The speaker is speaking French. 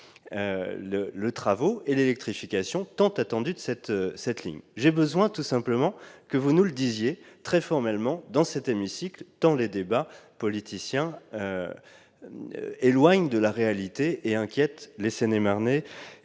les travaux d'électrification tant attendus de cette ligne. J'ai besoin que vous nous le disiez très formellement dans cet hémicycle, tant les débats politiciens éloignent de la réalité et inquiètent les Seine-et-Marnais